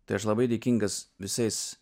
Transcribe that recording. tai aš labai dėkingas visais